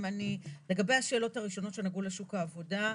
לגבי השאלות הראשונות שנגעו לשוק העבודה,